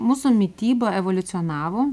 mūsų mityba evoliucionavo